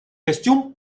костюм